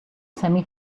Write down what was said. semi